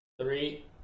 Three